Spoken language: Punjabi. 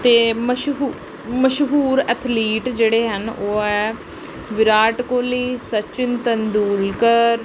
ਅਤੇ ਮਸ਼ਹੂ ਮਸ਼ਹੂਰ ਐਥਲੀਟ ਜਿਹੜੇ ਹਨ ਉਹ ਹੈ ਵਿਰਾਟ ਕੋਹਲੀ ਸਚਿਨ ਤੇਂਨਦੁਲਕਰ